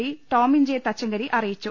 D Tomin J Thachankary അറി യിച്ചു